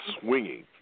swinging